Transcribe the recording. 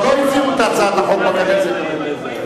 אבל לא הציעו את הצעת החוק בקדנציה הקודמת.